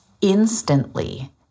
Instantly